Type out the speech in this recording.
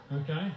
okay